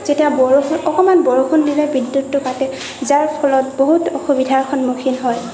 যেতিয়া বৰ অকণমান বৰষুণ দিলেই বিদ্যুতটো কাটে যাৰ ফলত বহুত অসুবিধাৰ সন্মুখীন হয়